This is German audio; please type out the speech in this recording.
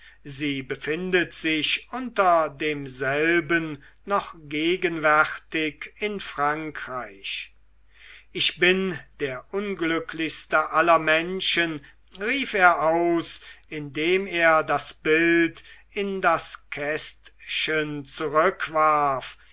sie befindet sich unter demselben noch gegenwärtig in frankreich ich bin der unglücklichste aller menschen rief er aus indem er das bild in das kästchen